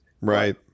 right